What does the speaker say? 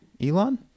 Elon